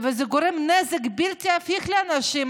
וזה גורם נזק בלתי הפיך לאנשים,